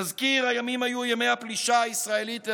נזכיר: הימים היו ימי הפלישה הישראלית ללבנון,